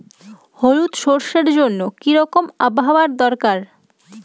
হলুদ সরষে জন্য কি রকম আবহাওয়ার দরকার?